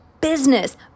business